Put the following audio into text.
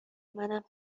منم